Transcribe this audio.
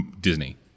Disney